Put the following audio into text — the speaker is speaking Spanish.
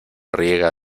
riega